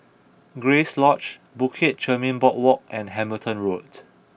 Grace Lodge Bukit Chermin Boardwalk and Hamilton Road